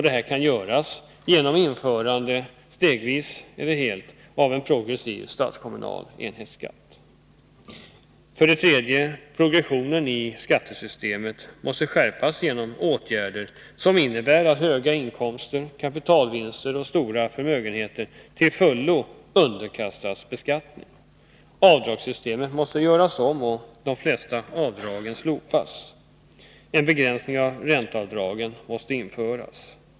Detta kan ske genom införandet — stegvis eller på en gång — av en progressiv statskommunal enhetsskatt. 3. Progressionen i skattesystemet måste skärpas genom åtgärder som innebär att höga inkomster, kapitalvinster och stora förmögenheter till fullo underkastas beskattning. Avdragssystemet måste göras om och de flesta avdragen slopas. En begränsning av ränteavdragen måste införas.